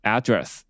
Address